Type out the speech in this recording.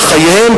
על חייהם,